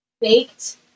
baked